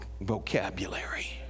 vocabulary